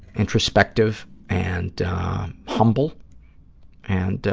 introspective and humble and